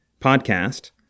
podcast